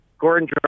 gordon